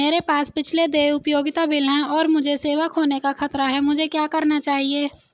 मेरे पास पिछले देय उपयोगिता बिल हैं और मुझे सेवा खोने का खतरा है मुझे क्या करना चाहिए?